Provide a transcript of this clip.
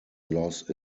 loss